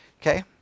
okay